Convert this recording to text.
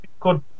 Good